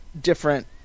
different